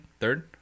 Third